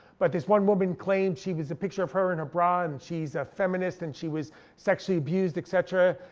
but this one woman claimed she was a picture of her in a bra and she's a feminist and she was sexually abused, et cetera.